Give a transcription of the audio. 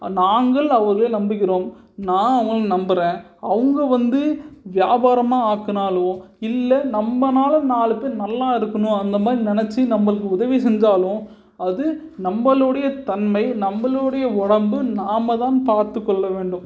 நாங்கள் அவர்களை நம்புகிறோம் நான் அவங்களை நம்புகிறேன் அவங்க வந்து வியாபாரமாக ஆக்குனாலோ இல்லை நம்மனால் நாலு பேர் நல்லா இருக்கணும் அந்த மாதிரி நினச்சி நம்மளுக்கு உதவி செஞ்சாலும் அது நம்மளுடைய தன்மை நம்மளுடைய உடம்பு நாம தான் பார்த்துக்கொள்ள வேண்டும்